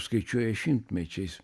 skaičiuoja šimtmečiais